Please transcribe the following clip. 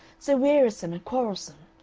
so wearisome and quarrelsome.